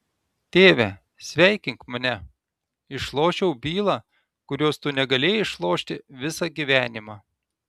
tėve sveikink mane išlošiau bylą kurios tu negalėjai išlošti visą gyvenimą